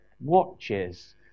watches